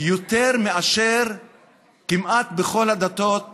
יותר מאשר כמעט לכל הדתות האחרות.